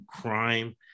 crime